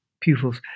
pupils